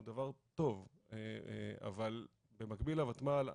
הוא דבר טוב אבל במקביל לוותמ"ל,